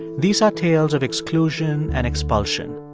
these are tales of exclusion and expulsion,